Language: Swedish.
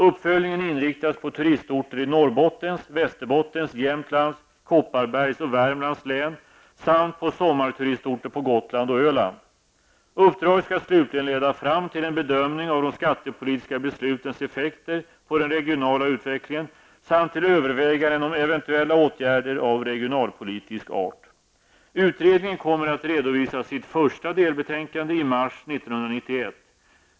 Uppföljningen inriktas på turistorter i Norrbottens, Västerbottens, Uppdraget skall slutligen leda fram till en bedömning av de skattepolitiska beslutens effekter på den regionala utvecklingen samt till överväganden om eventuella åtgärder av regionalpolitisk art. Utredningen kommer att redovisa sitt första delbetänkande i mars 1991.